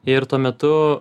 ir tuo metu